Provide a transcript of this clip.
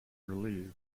relieved